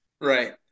Right